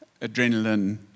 adrenaline